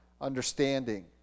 understanding